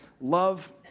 Love